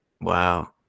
Wow